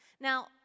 Now